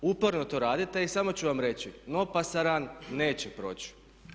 Uporno to radite i samo ću vam reći no pasaran neće proći.